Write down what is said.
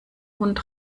hund